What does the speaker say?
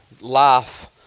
life